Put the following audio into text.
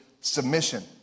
submission